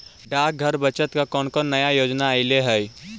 डाकघर बचत का कौन कौन नया योजना अइले हई